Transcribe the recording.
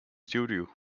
studio